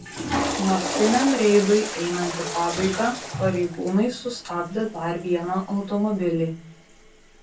naktiniam reidui einant į pabaigą pareigūnai sustabdė dar vieną automobilį